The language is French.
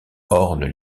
ornent